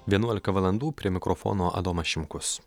vienuolika valandų prie mikrofono adomas šimkus